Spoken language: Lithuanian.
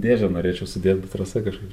dėžę norėčiau sudėt bet rasa kažkaip